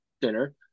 dinner